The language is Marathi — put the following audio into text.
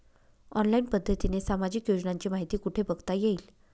ऑनलाईन पद्धतीने सामाजिक योजनांची माहिती कुठे बघता येईल?